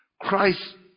Christ